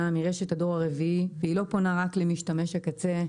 מרשת הדור ה-4 והיא לא פונה רק למשתמש הקצה,